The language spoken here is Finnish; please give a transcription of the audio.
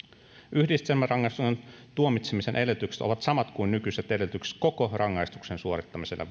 yhdistelmärangaistuksen tuomitsemisen edellytykset ovat samat kuin nykyiset edellytykset koko rangaistuksen suorittamiselle